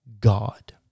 God